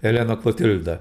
eleną klotildą